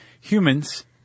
humans